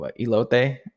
elote